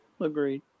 Agreed